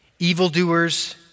evildoers